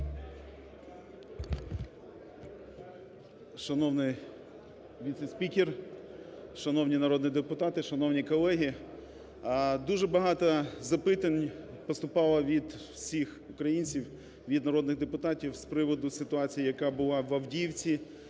Шановний віце-спікер, шановні народні депутати, шановні колеги! Дуже багато запитань поступало від всіх українців, від народних депутатів з приводу ситуації, яка була в Авдіївці